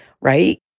right